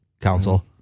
Council